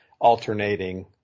alternating